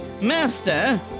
Master